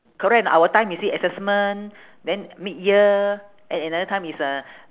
correct or not our time you see assessment then mid year and another time is uh